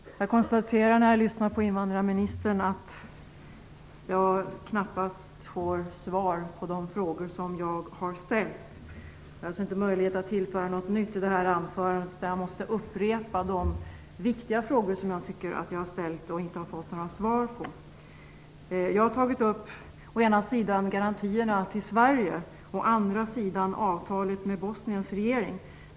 Herr talman! Jag konstaterar när jag lyssnar på invandrarministern att jag knappast får svar på de frågor som jag har ställt. Jag ser ingen möjlighet att tillföra något nytt i detta anförande. Jag måste upprepa de viktiga frågor jag har ställt utan att få några svar på. Jag har tagit upp å ena sidan garantierna till Sverige, å andra sidan avtalet med Bosniens regering.